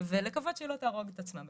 ולקוות שהיא לא תהרוג את עצמה.